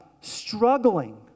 struggling